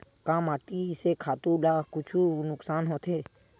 का माटी से खातु ला कुछु नुकसान होथे?